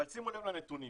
אבל שימו לב לנתונים.